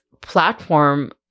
platform